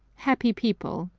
happy people!